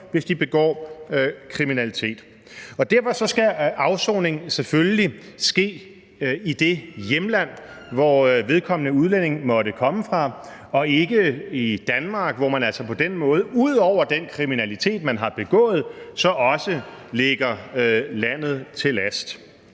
hvis de begår kriminalitet. Derfor skal afsoningen selvfølgelig ske i det hjemland, som vedkommende udlænding måtte komme fra, og ikke i Danmark, hvor man altså på den måde ud over den kriminalitet, man har begået, så også ligger landet til last.